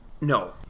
No